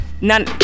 none